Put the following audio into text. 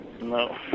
No